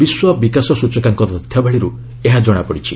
ବିଶ୍ୱ ବିକଶ ସୂଚକାଙ୍କ ତଥ୍ୟାବଳରୁ ଏହା ଜଣାପଡିଛି